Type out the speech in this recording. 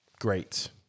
great